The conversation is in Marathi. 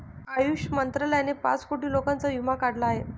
आयुष मंत्रालयाने पाच कोटी लोकांचा विमा काढला आहे